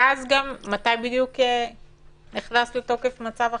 מתי בדיוק נכנס לתוקף מצב החירום?